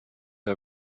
her